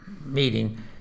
meeting